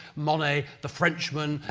monet, the frenchman,